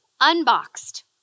unboxed